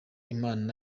imana